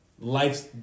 life's